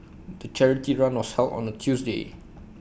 the charity run was held on A Tuesday